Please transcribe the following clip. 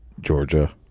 Georgia